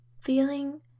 feeling